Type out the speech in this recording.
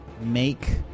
make